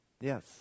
Yes